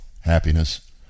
happiness